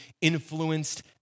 influenced